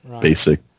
basic